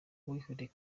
uwihoreye